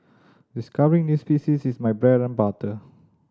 discovering new species is my bread and butter